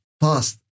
fast